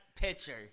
pitcher